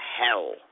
hell